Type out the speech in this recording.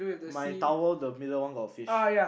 my towel the middle one got fish